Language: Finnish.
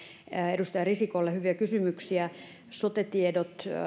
edustaja risikolle hyviä kysymyksiä sote tiedot